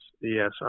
yes